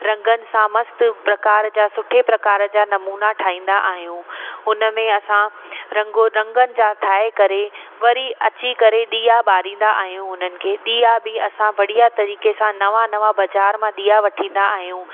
रंगनि सां मस्तु प्रकार जा सुठे प्रकार जा नमूना ठाहींदा आहियूं हुन में असां रंगो रंगनि जा ठाहे करे वरी अची करे ॾीया बारींदा आहियूं उन्हनि खे ॾीया बि असां बढ़िया तरीक़े सां नवां नवां बाज़ारि मां ॾीया वठींदा आहियूं